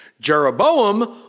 Jeroboam